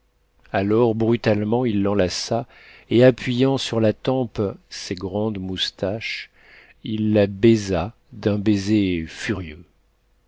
alors brutalement il l'enlaça et appuyant sur la tempe ses grandes moustaches il la baisa d'un baiser furieux